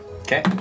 Okay